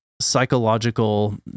psychological